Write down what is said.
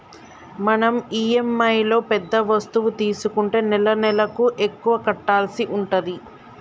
మనం ఇఎమ్ఐలో పెద్ద వస్తువు తీసుకుంటే నెలనెలకు ఎక్కువ కట్టాల్సి ఉంటది